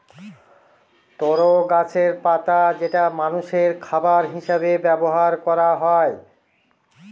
তরো গাছের পাতা যেটা মানষের খাবার হিসেবে ব্যবহার করা হয়